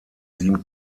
sieben